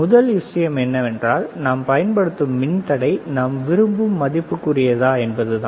முதல் விஷயம் என்னவென்றால் நாம் பயன்படுத்தும் மின்தடை நாம் விரும்பும் மதிப்புக்குரியதா என்பதுதான்